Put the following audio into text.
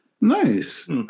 Nice